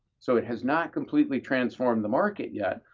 so it has not completely transformed the market yet,